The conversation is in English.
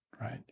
right